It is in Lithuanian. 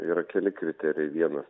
ir keli kriterijai vienas